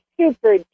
super